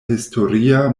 historia